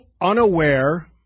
unaware